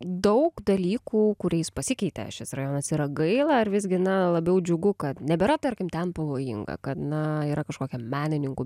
daug dalykų kuriais pasikeitė šis rajonas yra gaila ar vis gi na labiau džiugu kad nebėra tarkim ten pavojinga kad na yra kažkokia menininkų